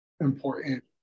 important